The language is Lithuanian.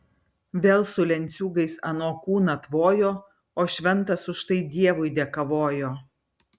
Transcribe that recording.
vėl su lenciūgais ano kūną tvojo o šventas už tai dievui dėkavojo